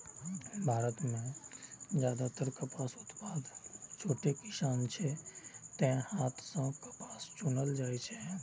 भारत मे जादेतर कपास उत्पादक छोट किसान छै, तें हाथे सं कपास चुनल जाइ छै